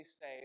say